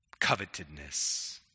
covetedness